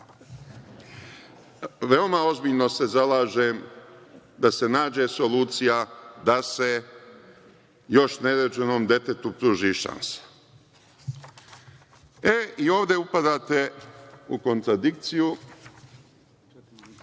Veoma ozbiljno se zalažem da se nađe solucija da se još nerođenom detetu pruži šansa.E, i ovde upadate u kontradikciju